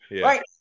Right